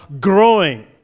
growing